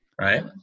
Right